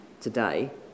today